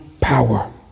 power